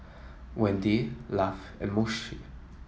Wendy Lafe and Moshe